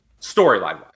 storyline-wise